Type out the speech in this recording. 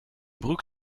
broek